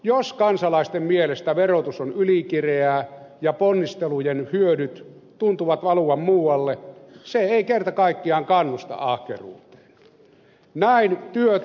jos kansalaisten mielestä verotus on ylikireää ja ponnistelujen hyödyt tuntuvat valuvan muualle se ei kerta kaikkiaan kannusta ahkeruuteen